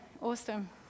Awesome